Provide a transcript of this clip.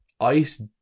ice